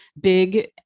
big